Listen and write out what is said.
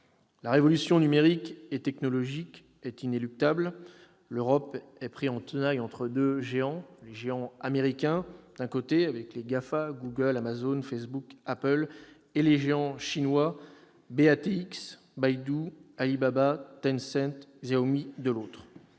La révolution numérique et technologique est inéluctable. L'Europe est prise en tenaille entre les géants américains d'un côté, avec les GAFA- Google, Amazon, Facebook, Apple -et les géants chinois BATX- Baidu, Alibaba, Tencent, Xiaomi -, de l'autre.